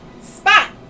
Spot